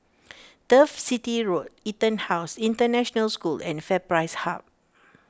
Turf City Road EtonHouse International School and FairPrice Hub